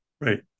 right